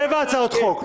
שבע הצעות חוק.